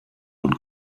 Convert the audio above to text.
und